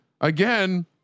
again